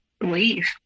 leave